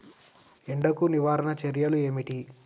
ఎండకు నివారణ చర్యలు ఏమిటి?